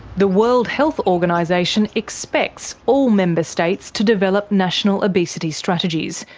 the world health organisation expects all member states to develop national obesity strategies,